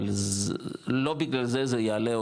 אבל זה לא בגלל זה זה יעלה,